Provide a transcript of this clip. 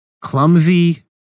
clumsy